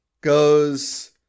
goes